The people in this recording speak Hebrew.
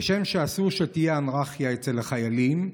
כשם שאסור שתהיה אנרכיה אצל החיילים,